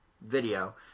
video